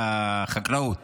משרד החקלאות